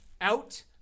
out